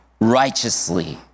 righteously